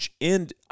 end